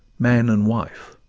man and wife?